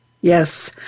Yes